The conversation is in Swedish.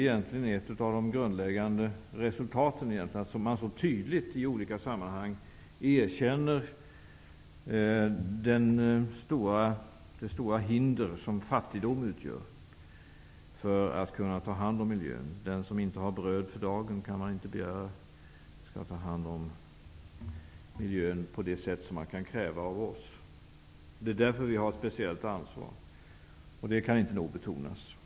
Ett av de grundläggande resultaten av konferensen är egentligen att man så tydligt i olika sammanhang erkänner det stora hinder som fattigdom utgör för att man skall kunna ta hand om miljön. Man kan inte begära att den som inte har bröd för dagen skall ta hand om miljön på det sätt som man kan kräva av oss. Det är därför vi har ett speciellt ansvar, och det kan inte nog betonas.